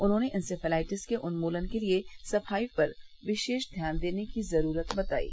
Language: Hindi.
उन्होंने इन्सेफ्लाइटिस के उन्मूलन के लिए सफाई पर विशेष ध्यान देने की जरूरत बतायी